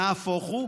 נהפוך הוא,